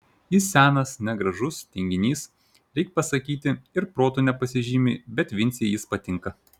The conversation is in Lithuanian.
jis senas negražus tinginys reik pasakyti ir protu nepasižymi bet vincei jis patinka